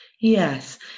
Yes